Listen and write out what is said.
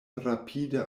rapide